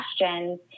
questions